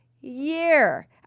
year